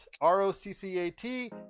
R-O-C-C-A-T